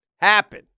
happen